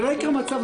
שלא יקרה מצב,